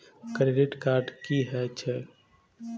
Credit card की हे छे?